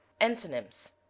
Antonyms